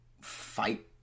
fight